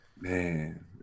man